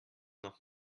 noch